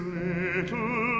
little